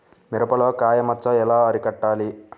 మిరపలో కాయ మచ్చ ఎలా అరికట్టాలి?